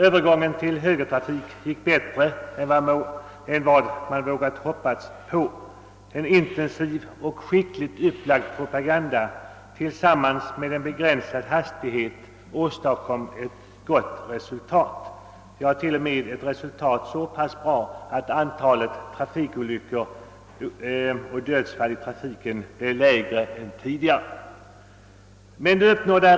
Övergången till högertrafik gick bättre än vad man vågat hoppas på. En intensiv och skickligt upplagd propaganda tillsammans med hastighetsbegränsningar åstadkom ett gott resultat, ja t.o.m. ett så pass bra resultat att antalet olycksoch dödsfall i trafiken blev lägre än tidigare.